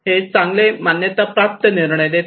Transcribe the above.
हे चांगले मान्यताप्राप्त निर्णय देते